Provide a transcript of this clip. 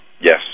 Yes